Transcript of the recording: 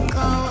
go